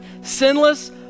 sinless